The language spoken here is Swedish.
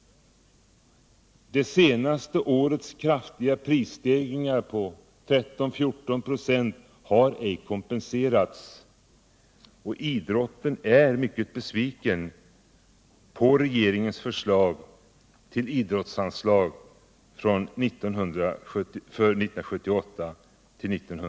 Det senaste årets kraftiga prisstegringar på 13—14 96 har ej kompenserats, och idrottsrörelsen är mycket besviken på regeringens förslag till idrottsanslag för 1978/79.